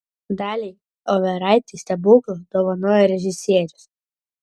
daliai overaitei stebuklą dovanojo režisierius